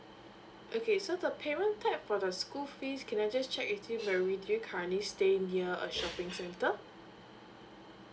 okay so the payment type for the school fees can I just check with you if you currently stay near a shopping center